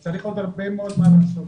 יש עוד הרבה מה לעשות.